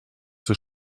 zur